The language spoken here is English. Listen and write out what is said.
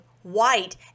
White